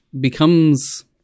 becomes